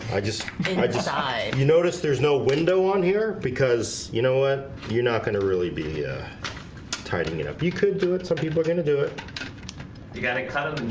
i just i just hide you notice. there's no window on here because you know what you're not gonna really be ah tidying it up. you could do it some people are gonna. do it you gotta kind of